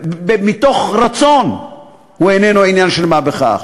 מתוך רצון הוא איננו עניין של מה בכך.